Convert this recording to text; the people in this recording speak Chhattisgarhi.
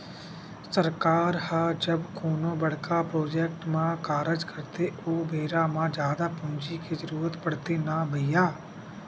सरकार ह जब कोनो बड़का प्रोजेक्ट म कारज करथे ओ बेरा म जादा पूंजी के जरुरत पड़थे न भैइया